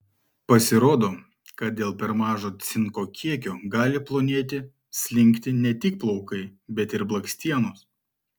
pasirodo kad dėl per mažo cinko kiekio gali plonėti slinkti ne tik plaukai bet ir blakstienos